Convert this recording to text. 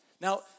Now